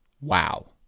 Wow